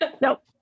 Nope